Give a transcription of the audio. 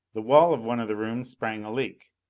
the wall of one of the rooms sprang a leak,